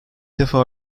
defa